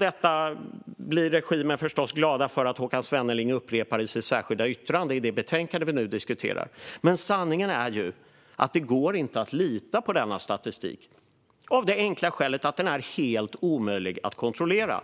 Detta blir regimen förstås glad för att Håkan Svenneling upprepar i sitt särskilda yttrande i det betänkande vi nu diskuterar. Men sanningen är ju att det inte går att lita på denna statistik, av det enkla skälet att den är helt omöjlig att kontrollera